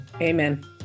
Amen